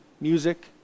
music